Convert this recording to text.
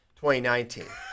2019